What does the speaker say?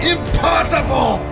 Impossible